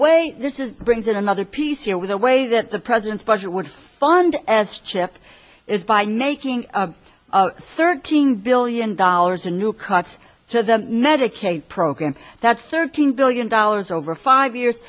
way this is brings in another piece here with the way that the president's budget would fund as chip is by making thirteen billion dollars in new cuts so the medicaid program that's thirteen billion dollars over five years